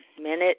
minute